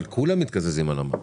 אבל כולם מתקזזים על המע"מ.